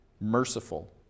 Merciful